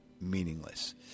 meaningless